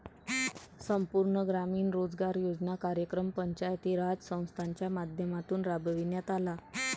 संपूर्ण ग्रामीण रोजगार योजना कार्यक्रम पंचायती राज संस्थांच्या माध्यमातून राबविण्यात आला